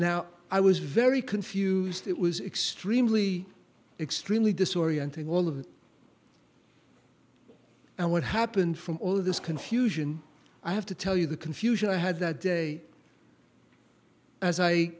now i was very confused it was extremely extremely disorienting all of it and what happened from all of this confusion i have to tell you the confusion i had that day as i